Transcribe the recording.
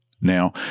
Now